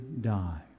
die